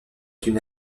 une